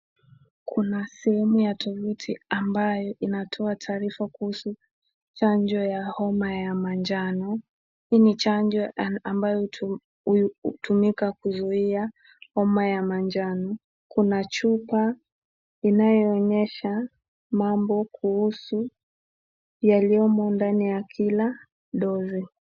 Kuna sehemu ya thibidi ambayo inatoa tangazo kuhusu chanjo. Hii ni chanjo ambayo hutumika kutibu homa ya majano. Kuna chupa ambayo inaonyesha kuhusu mambo yaliyomo kwa kila dozi .